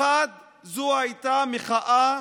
אחת, זו הייתה מחאה